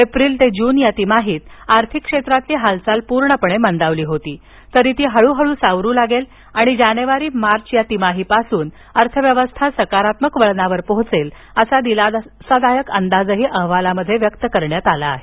April ते June या तिमाहीत अर्थिक क्षेत्रातली हालचाल पूर्णपणे मंदावली होती तरी ती हळूहळू सावरू लागेल आणि जानेवारी मार्च या तिमाहीपासून अर्थव्यवस्था सकारात्मक वळणावर पोहोचेल असा दिलासादायक अंदाजही अहवालात व्यक्त केला आहे